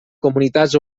comunitats